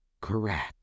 correct